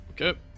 Okay